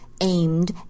aimed